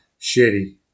shitty